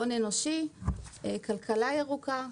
הון אנושי, כלכלה ירוקה.